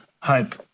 hype